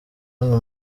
bamwe